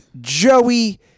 Joey